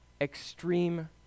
extreme